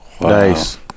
Nice